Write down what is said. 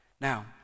Now